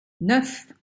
neuf